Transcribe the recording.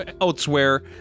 elsewhere